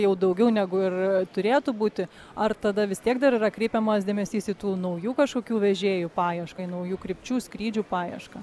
jau daugiau negu ir turėtų būti ar tada vis tiek dar yra kreipiamas dėmesys į tų naujų kažkokių vežėjų paieškai naujų krypčių skrydžių paiešką